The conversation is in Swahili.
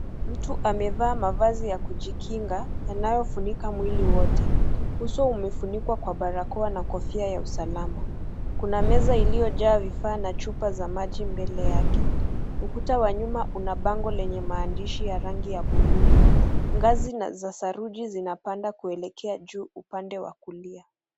Mtu amevaa mavazi ya kujikinga yanayofunika mwili wote, uso umefunikwa kwa barakoa na kofia ya usalama. Kuna meza iliyojaa vifaa na chupa za maji mbele yake. Ukuta wa nyuma una bango lenye maandishi ya rangi ya bluu. Ngazi za saruji zinapanda kuelekea juu upande wa kulia.